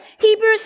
Hebrews